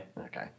Okay